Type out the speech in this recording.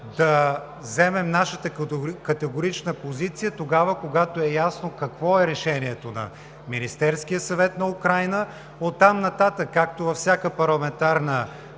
да вземем нашата категорична позиция тогава, когато е ясно какво е решението на Министерския съвет на Украйна. Оттам нататък, както във всяка парламентарна